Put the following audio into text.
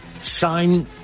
sign